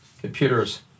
computers